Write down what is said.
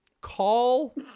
call